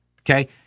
Okay